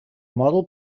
model